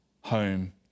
home